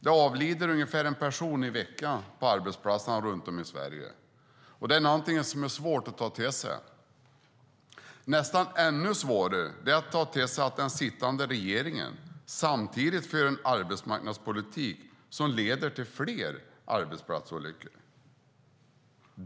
Det avlider ungefär en person i veckan på arbetsplatserna runt om i Sverige. Det är någonting som är svårt att ta till sig. Nästan ännu svårare att ta till sig är att den sittande regeringen samtidigt för en arbetsmarknadspolitik som leder till fler arbetsplatsolyckor.